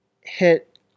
hit